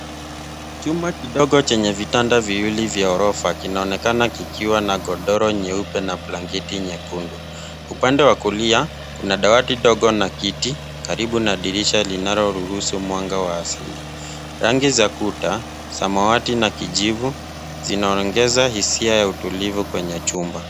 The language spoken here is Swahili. Chumba kidogo chenye vitanda viwili vya ghorofa kinaonekana kikiwa na godoro nyeupe na blanketi nyekundu. Upande wa kulia kuna dawati ndogo na kiti karibu na dirisha linaloruhusu mwanga wa asili. rangi za kuta, samawati na kijivu zinaongeza hisia ya utulivu kwenye chumba.